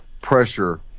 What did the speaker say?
pressure